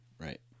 Right